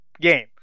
game